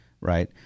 right